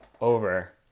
over